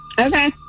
Okay